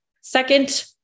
Second